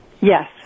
Yes